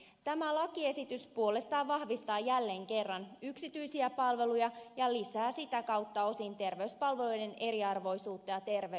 tä mä lakiesitys puolestaan vahvistaa jälleen kerran yksityisiä palveluja ja lisää sitä kautta osin terveyspalveluiden eriarvoisuutta ja terveyseroja